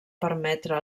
permetre